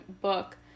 book